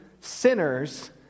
sinners